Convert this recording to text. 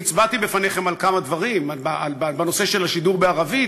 אני הצבעתי בפניכם על כמה דברים: בנושא של השידור בערבית,